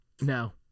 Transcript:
No